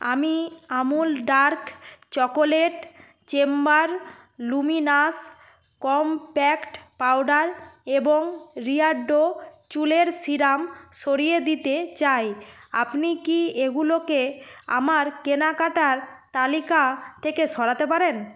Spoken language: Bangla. আমি Amul dark chocolate Chambor luminous compact powder এবং রিয়ার্ডো চুলের সিরাম সরিয়ে দিতে চাই আপনি কি এগুলোকে আমার কেনাকাটার তালিকা থেকে সরাতে পারেন